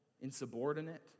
insubordinate